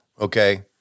Okay